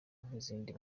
nk’izindi